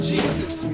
Jesus